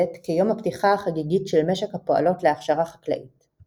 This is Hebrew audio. כיום הפתיחה החגיגית של משק הפועלות להכשרה חקלאית.